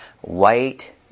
white